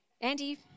Andy